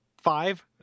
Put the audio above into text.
five